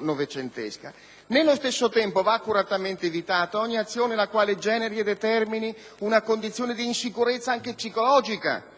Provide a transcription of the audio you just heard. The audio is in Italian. novecentesca. Nello stesso tempo, va accuratamente evitata ogni azione che generi e determini una condizione di insicurezza, anche psicologica,